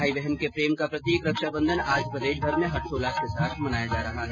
भाई बहन के प्रेम का प्रतीक रक्षाबंधन आज प्रदेशभर में हर्षोल्लास के साथ मनाया जा रहा है